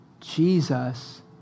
Jesus